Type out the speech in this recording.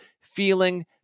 feeling